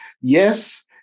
yes